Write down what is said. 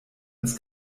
ins